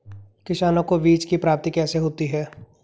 किसानों को बीज की प्राप्ति कैसे होती है?